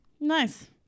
nice